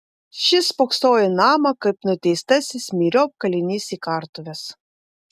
šis spoksojo į namą kaip nuteistasis myriop kalinys į kartuves